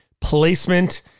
placement